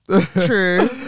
True